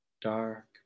dark